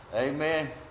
Amen